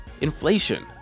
inflation